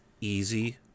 easy